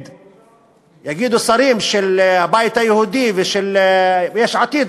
יגידו שרים של הבית היהודי ושל יש עתיד,